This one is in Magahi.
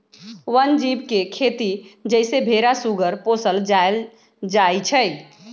वन जीव के खेती जइसे भेरा सूगर पोशल जायल जाइ छइ